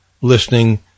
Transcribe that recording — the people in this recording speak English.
listening